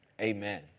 Amen